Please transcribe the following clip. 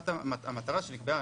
המטרה שנקבעה,